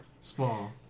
small